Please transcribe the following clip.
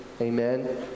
amen